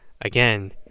again